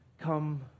come